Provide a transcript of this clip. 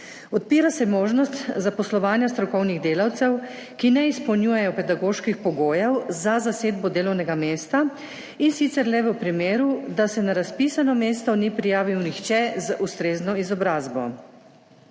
Odpira se možnost zaposlovanja strokovnih delavcev, ki ne izpolnjujejo pedagoških pogojev za zasedbo delovnega mesta, in sicer le v primeru, da se na razpisano mesto ni prijavil nihče z ustrezno izobrazbo.